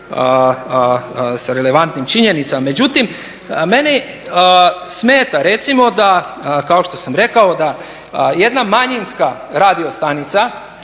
sa relevantnim činjenicama. Međutim, mene smeta recimo da, kao što sam rekao, da jedna manjinska radio stanica